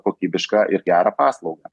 kokybišką ir gerą paslaugą